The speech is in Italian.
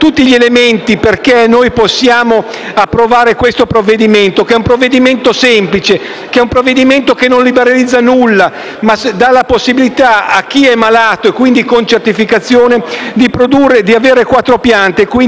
approvare questo provvedimento, che è un provvedimento semplice, un provvedimento che non liberalizza nulla, ma dà la possibilità a chi è malato (e, quindi, in possesso di certificazione) di avere quattro piante e di prodursi la dose di cui ha